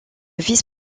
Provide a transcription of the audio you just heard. vice